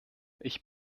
ich